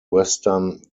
western